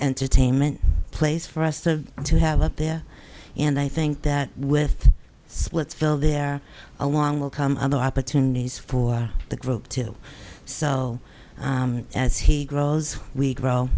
detainment place for us to to have up there and i think that with splitsville there along will come other opportunities for the group too so as he grows we